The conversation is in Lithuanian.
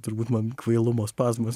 turbūt man kvailumo spazmas